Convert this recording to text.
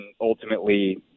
ultimately